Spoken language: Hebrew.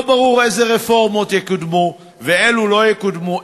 לא ברור אילו רפורמות יקודמו ואילו לא יקודמו,